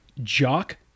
jock